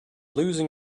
losing